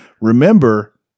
Remember